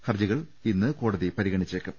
ഹർജികൾ ഇന്ന് കോടതി പരിഗണിച്ചേക്കും